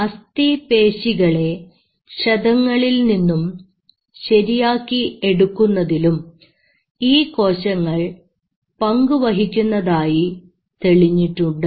അസ്ഥിപേശികളെ ക്ഷതങ്ങളിൽ നിന്നും ശരിയാക്കി എടുക്കുന്നതിലും ഈ കോശങ്ങൾ പങ്കു വഹിക്കുന്നതായി തെളിഞ്ഞിട്ടുണ്ട്